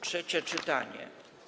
Trzecie czytanie.